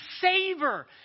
savor